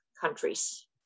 countries